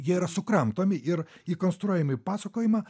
jie yra sukramtomi ir įkonstruojami į pasakojimą